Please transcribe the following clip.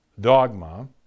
dogma